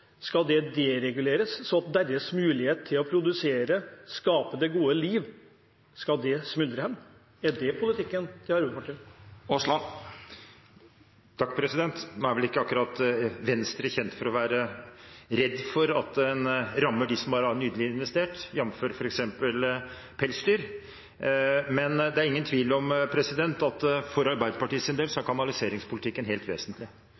Skal det dereguleres, sånn at deres mulighet til å produsere og skape det gode liv skal smuldre hen? Er det politikken til Arbeiderpartiet? Nå er vel ikke akkurat Venstre kjent for å være redd for å ramme dem som nylig har investert, jf. f.eks. pelsdyr, men det er ingen tvil om at for Arbeiderpartiets del er kanaliseringspolitikken helt vesentlig.